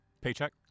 Paycheck